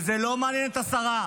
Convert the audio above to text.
וזה לא מעניין את השרה.